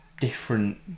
different